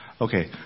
Okay